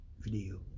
video